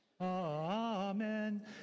Amen